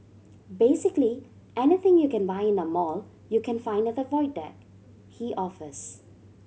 basically anything you can buy in a mall you can find at the Void Deck he offers